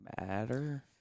matter